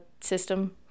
system